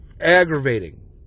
aggravating